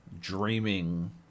dreaming